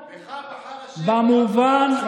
תאמר לו: בך בחר השם להיות לו לעם סגולה.